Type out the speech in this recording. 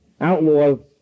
outlaws